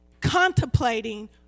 contemplating